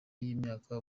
y’imyaka